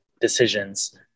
decisions